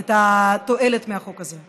את התועלת מהחוק הזה.